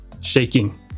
shaking